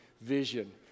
vision